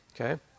Okay